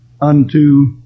unto